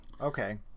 okay